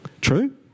True